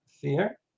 fear